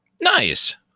Nice